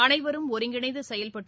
அனைவரும் ஒருங்கிணைந்து செயல்பட்டு